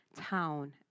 town